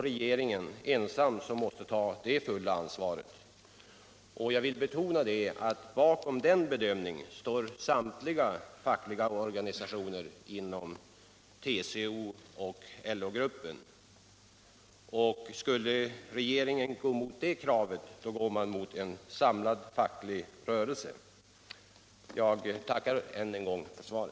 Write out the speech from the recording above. Regeringen ensam måste ta det fulla ansvaret, och jag vill betona att bakom den bedömningen står samtliga fackliga TCO och LO-organisationer. Skulle regeringen — trots försäkringar om motsatsen — gå emot det kravet, går den emot en samlad facklig rörelse. Jag tackar än en gång för svaret.